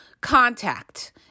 contact